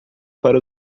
para